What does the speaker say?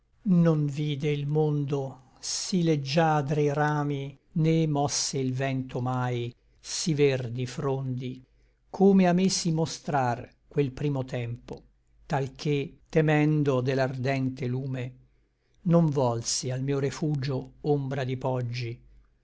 non vide il mondo sí leggiadri rami né mosse il vento mai sí verdi frondi come a me si mostrr quel primo tempo tal che temendo de l'ardente lume non volsi al mio refugio ombra di poggi